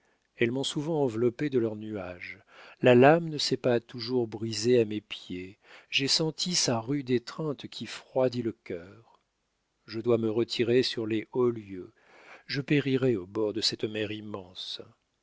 elles m'ont souvent enveloppée de leurs nuages la lame ne s'est pas toujours brisée à mes pieds j'ai senti sa rude étreinte qui froidit le cœur je dois me retirer sur les hauts lieux je périrais au bord de cette mer immense